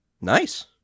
Nice